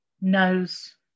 knows